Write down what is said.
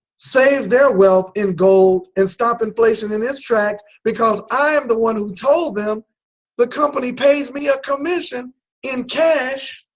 save their wealth in gold and stop inflation in its tracks because i'm the one who told them the company pays me a commission in,